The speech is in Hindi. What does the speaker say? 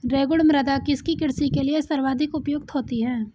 रेगुड़ मृदा किसकी कृषि के लिए सर्वाधिक उपयुक्त होती है?